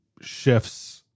shifts